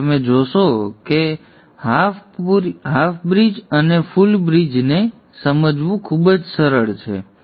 હવે તમે જોશો કે અડધા પુલ અને સંપૂર્ણ પુલને સમજવું ખૂબ જ સરળ છે